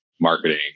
marketing